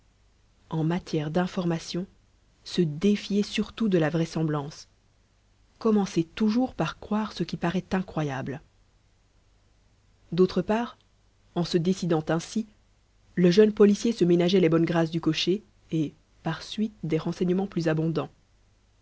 en matière d'information se défier surtout de la vraisemblance commencer toujours par croire ce qui paraît incroyable d'autre part en se décidant ainsi le jeune policier se ménageait les bonnes grâces du cocher et par suite des renseignements plus abondants